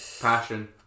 Passion